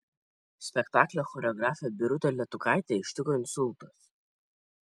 spektaklio choreografę birutę letukaitę ištiko insultas